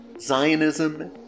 Zionism